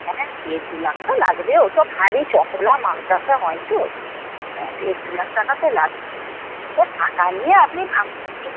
হ্যাঁ দেড় দু লাখ তো লাগবে ও তো ভারী মানতাশা হয় তো হ্যাঁ দেড় দু লাখ টাকা তো লাগবেই ও টাকা নিয়ে আপনি ভাববেন